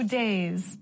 days